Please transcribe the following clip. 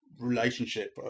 relationship